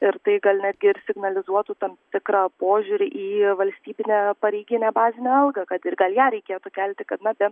ir tai gal netgi ir signalizuotų tam tikrą požiūrį į valstybinę pareiginę bazinę algą kad ir ją reikėtų kelti kad mat